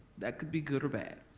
that could be good or bad.